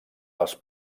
les